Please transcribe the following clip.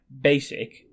basic